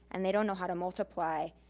and they don't know how to multiply,